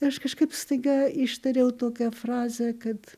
aš kažkaip staiga ištariau tokią frazę kad